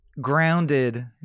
grounded